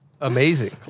Amazing